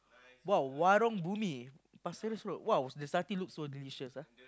!wow! Warung-Bumi Pasir-Ris-Road !wow! the satay looks so delicious ah